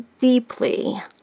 deeply